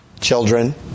Children